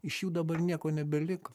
iš jų dabar nieko nebeliko